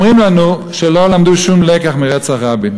אומרים לנו שלא למדו שום לקח מרצח רבין.